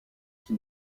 qui